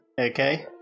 Okay